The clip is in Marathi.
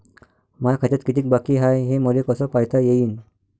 माया खात्यात कितीक बाकी हाय, हे मले कस पायता येईन?